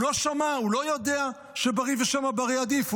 הוא לא שמע, הוא לא יודע שברי ושמא ברי עדיף?